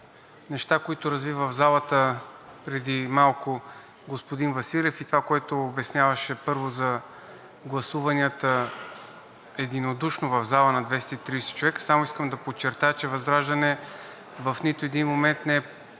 неща, които разви в залата преди малко господин Василев, и това, което обясняваше първо за гласуванията, единодушно в залата на 230 човека, само искам да подчертая, че ВЪЗРАЖДАНЕ в нито един момент не е